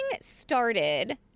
started